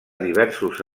diversos